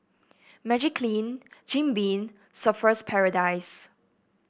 Magiclean Jim Beam Surfer's Paradise